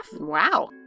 Wow